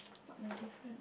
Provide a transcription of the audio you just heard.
spot the different